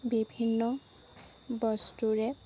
বিভিন্ন বস্তুৰে